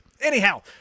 Anyhow